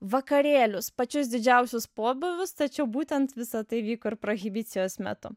vakarėlius pačius didžiausius pobūvius tačiau būtent visa tai vyko ir prohibicijos metu